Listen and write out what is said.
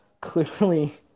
Clearly